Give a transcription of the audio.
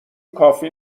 کافی